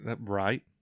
Right